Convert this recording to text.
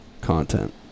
content